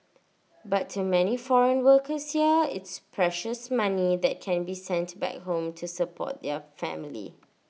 but to many foreign workers here it's precious money that can be sent back home to support their family